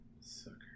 Sucker